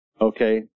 okay